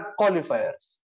qualifiers